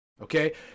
okay